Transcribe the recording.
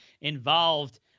involved